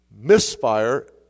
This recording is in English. misfire